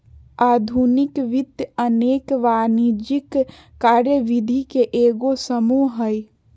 आधुनिक वित्त अनेक वाणिज्यिक कार्यविधि के एगो समूह हइ